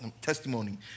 testimony